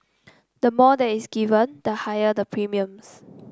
the more that is given the higher the premiums